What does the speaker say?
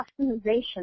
customization